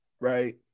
right